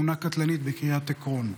בתאונה קטלנית בקריית עקרון.